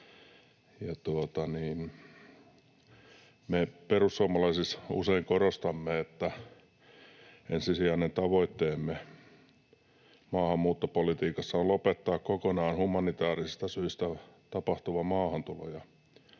Me perussuomalaisissa usein korostamme, että ensisijainen tavoitteemme maahanmuuttopolitiikassa on lopettaa kokonaan humanitaarisistä syistä tapahtuva maahantulo ja